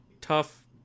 tough